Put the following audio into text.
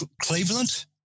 Cleveland